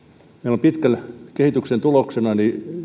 on pitkän kehityksen tuloksena